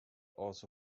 also